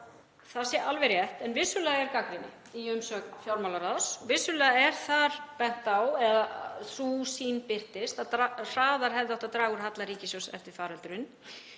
það sé alveg rétt. En vissulega er gagnrýni í umsögn fjármálaráðs. Vissulega birtist sú sýn þar að hraðar hefði átt að draga úr halla ríkissjóðs eftir faraldurinn.